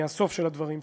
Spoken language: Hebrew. מהסוף של הדברים שלך,